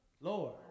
Lord